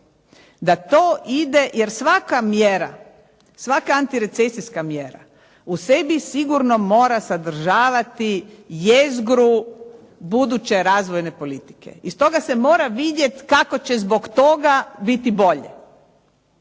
da to ide jer svaka mjera, svaka antirecesijska mjera u sebi sigurno mora sadržavati jezgru buduće razvojne politike. Iz toga se mora vidjeti kako će zbog toga biti bolje.